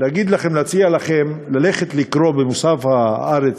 להציע לכם ללכת לקרוא במוסף "הארץ"